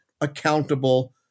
accountable